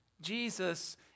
Jesus